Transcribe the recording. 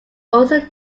also